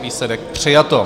Výsledek: přijato.